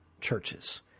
churches